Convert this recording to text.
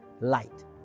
light